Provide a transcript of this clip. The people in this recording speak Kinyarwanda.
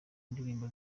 ndirimbo